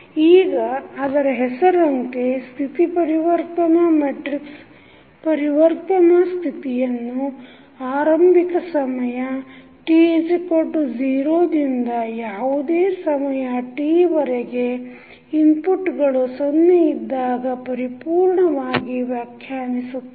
ಈಗ ಅದರ ಹೆಸರಂತೆ ಸ್ಥಿತಿ ಪರಿವರ್ತನಾ ಮೆಟ್ರಿಕ್ಸ್ ಪರಿವರ್ತನಾ ಸ್ಥಿತಿಯನ್ನು ಆರಂಭಿಕ ಸಮಯ t0 ದಿಂದ ಯಾವುದೇ ಸಮಯ t ವರೆಗೆ ಇನ್ಪುಟ್ಗಳು ಸೊನ್ನೆಯಿದ್ದಾಗ ಪರಿಪೂರ್ಣವಾಗಿ ವ್ಯಾಖ್ಯಾನಿಸುತ್ತದೆ